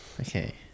Okay